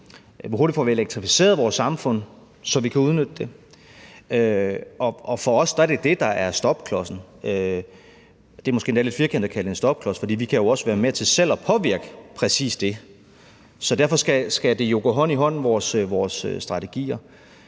og hvor hurtigt vi får elektrificeret vores samfund, så vi kan udnytte det. For os er det det, der er stopklodsen. Det er måske endda lidt firkantet at kalde det en stopklods, for vi kan jo også være med til selv at påvirke præcis det. Så derfor skal vores strategier